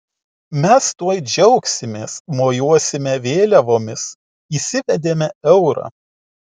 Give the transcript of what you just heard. mes tuoj džiaugsimės mojuosime vėliavomis įsivedėme eurą